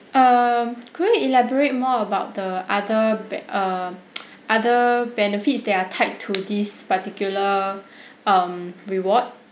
um could you elaborate more about the other be~ err other benefits that are tied to this particular um reward